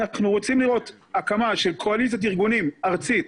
אנחנו רוצים לראות הקמה של קואליציית ארגונים ארצית.